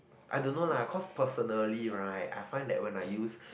I don't know lah cause personally right I find that when I use